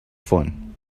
fun